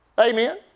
Amen